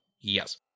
Yes